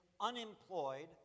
unemployed